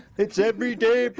it's everyday, but